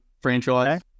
franchise